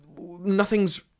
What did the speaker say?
nothing's